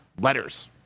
letters